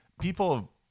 People